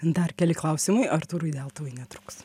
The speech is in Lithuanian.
dar keli klausimai artūrui deltuvai netruks